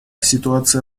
ситуация